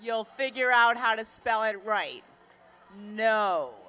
you'll figure out how to spell it right no